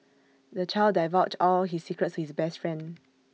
the child divulged all his secrets to his best friend